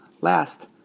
Last